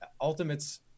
ultimates